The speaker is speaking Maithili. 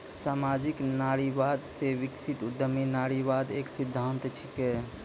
सामाजिक नारीवाद से विकसित उद्यमी नारीवाद एक सिद्धांत छिकै